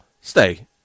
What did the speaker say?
stay